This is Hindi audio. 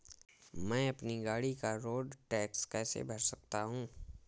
मैं अपनी गाड़ी का रोड टैक्स कैसे भर सकता हूँ?